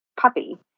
puppy